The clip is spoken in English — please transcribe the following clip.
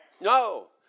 No